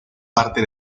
parte